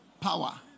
power